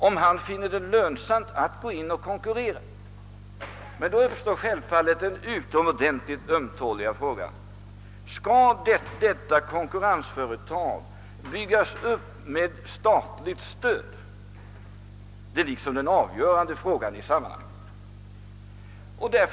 Om han vill starta ett företag trots konkurrens uppstår självfallet den utomordentligt ömtåliga frågan: Skall detta konkurrensföretag byggas upp med statligt stöd? Detta är den avgörande frågan i sammanhanget.